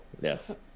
Yes